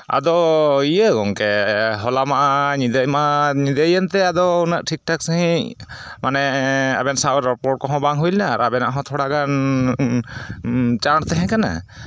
ᱟᱫᱚ ᱤᱭᱟᱹ ᱜᱚᱢᱠᱮ ᱦᱚᱞᱟᱢᱟ ᱧᱤᱫᱟᱹᱢᱟ ᱧᱤᱫᱟᱹᱭᱮᱱᱛᱮ ᱟᱫᱚ ᱩᱱᱟᱹᱜ ᱴᱷᱤᱠ ᱴᱷᱟᱠ ᱥᱟᱺᱦᱤᱡ ᱢᱟᱱᱮ ᱟᱵᱮᱱ ᱥᱟᱶ ᱨᱚᱯᱚᱲ ᱠᱚᱦᱚᱸ ᱵᱟᱝ ᱦᱩᱭ ᱞᱮᱱᱟ ᱟᱨ ᱟᱵᱮᱱᱟᱜ ᱦᱚᱸ ᱛᱷᱚᱲᱟᱜᱟᱱ ᱪᱟᱬ ᱛᱟᱦᱮᱸ ᱠᱟᱱᱟ